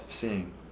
seeing